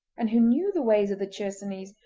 and who knew the ways of the chersonese,